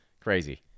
Crazy